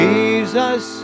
Jesus